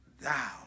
thou